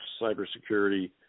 cybersecurity